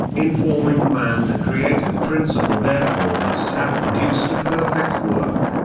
in forming man the creative principle therefore must have produced a perfect work,